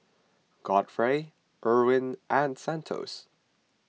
Godfrey Eryn and Santos